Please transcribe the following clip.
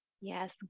Yes